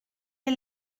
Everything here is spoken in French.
est